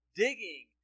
digging